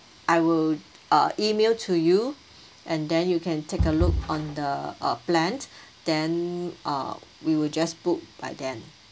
I will uh email to you and then you can take a look on the uh plan then uh we will just book by then